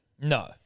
No